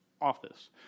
office